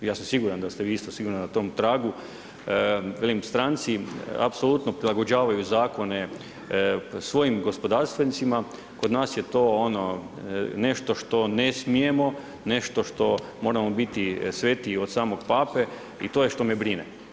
Ja sam siguran da ste vi isto sigurno na tom tragu, velim stranci apsolutno prilagođavaju zakone svojim gospodarstvenicima, kod nas je to nešto što ne smijemo, nešto što moramo biti svetiji od samog Pape i to je ono što me brine.